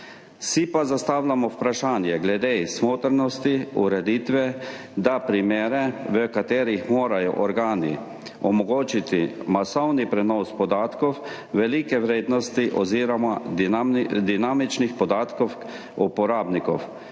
Si pa zastavljamo vprašanje glede smotrnosti ureditve, da primere, v katerih morajo organi omogočiti masovni prenos podatkov velike vrednosti oziroma dinamičnih podatkov uporabnikov,